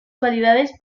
cualidades